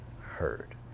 heard